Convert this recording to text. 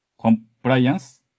compliance